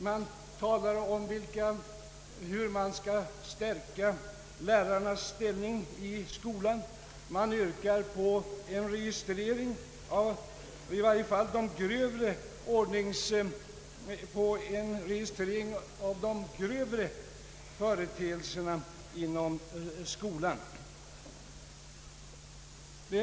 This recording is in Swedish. Man talar om hur lärarnas ställning i skolan skall stärkas, och man yrkar på en registrering av i varje fall de grövre förseelserna inom skolan.